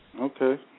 okay